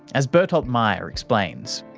as bertolt meyer explains.